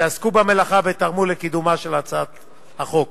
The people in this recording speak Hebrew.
שעסקו במלאכה ותרמו לקידומה של הצעת החוק.